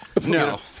No